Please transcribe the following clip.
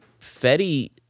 Fetty